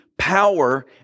power